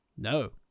No